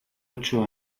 ocho